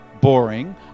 boring